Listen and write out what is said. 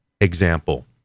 example